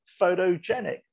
photogenic